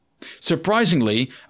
Surprisingly